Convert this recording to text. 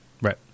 Right